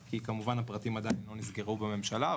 כי כמובן הפרטים עדיין לא נסגרו בממשלה.